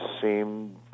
seemed